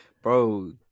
Bro